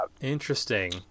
Interesting